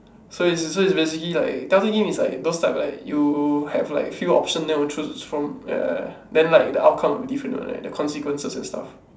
so is so is basically like telltale games is like those type like you have like a few option and then will choose from yeah then like the outcome will be different [what] like the consequences and stuff